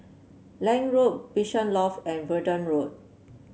Lange Road Bishan Loft and Verdun Road